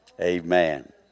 Amen